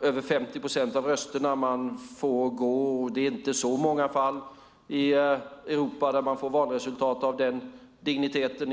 fick över 50 procent av rösterna. Det har inte varit så många fall i Europa där man har fått valresultat av den digniteten.